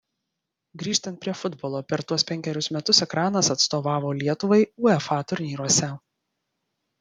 grįžtant prie futbolo per tuos penkerius metus ekranas atstovavo lietuvai uefa turnyruose